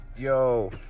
Yo